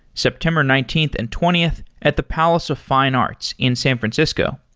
september nineteenth and twentieth at the palace of fine arts in san francisco.